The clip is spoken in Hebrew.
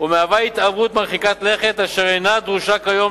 ומהווה התערבות מרחיקת לכת אשר אינה דרושה כיום,